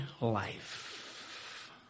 life